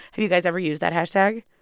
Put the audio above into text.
have you guys ever used that hashtag?